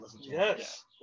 Yes